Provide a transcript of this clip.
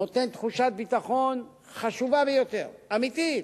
נותן תחושת ביטחון חשובה ביותר, אמיתית.